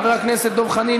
חבר הכנסת דב חנין,